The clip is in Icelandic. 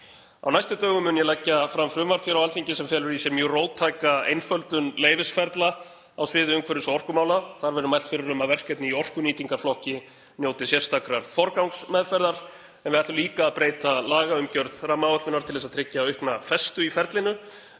Á næstu dögum mun ég leggja fram frumvarp á Alþingi sem felur í sér mjög róttæka einföldun leyfisferla á sviði umhverfis- og orkumála. Þar verður mælt fyrir um að verkefni í orkunýtingarflokki njóti sérstakrar forgangsmeðferðar, en við ætlum líka að breyta lagaumgjörð rammaáætlunar til að tryggja aukna festu í ferlinu.